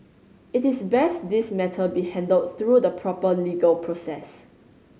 it is best this matter be handled through the proper legal process